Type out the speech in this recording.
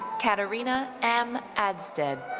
katarina m. adstedt.